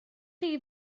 chi